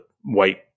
white